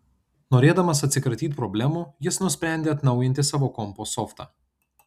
norėdamas atsikratyt problemų jis nusprendė atnaujinti savo kompo softą